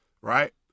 right